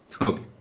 Okay